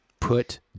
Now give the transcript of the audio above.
Put